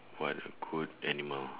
what a good animal